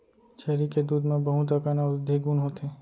छेरी के दूद म बहुत अकन औसधी गुन होथे